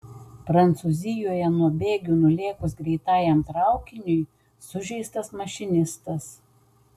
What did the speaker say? prancūzijoje nuo bėgių nulėkus greitajam traukiniui sužeistas mašinistas